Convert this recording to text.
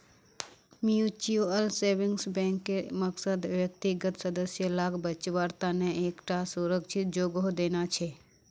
mutual savings बैंकेर मकसद व्यक्तिगत सदस्य लाक बच्वार तने एक टा सुरक्ष्हित जोगोह देना छे